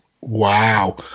Wow